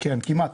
כן, כמעט.